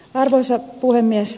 arvoisa puhemies